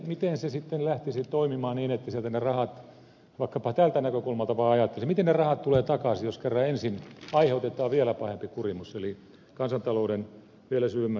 miten se sitten lähtisi toimimaan niin että sieltä ne rahat vaikkapa tältä näkökulmalta vaan ajattelisi tulevat takaisin jos kerran ensin aiheutetaan vielä pahempi kurimus eli kansantalouden vielä syvemmät vaikeudet